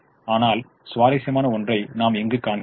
ஆனால் சுவாரஸ்யமான ஒன்றை நாம் இங்கு காண்கிறோம்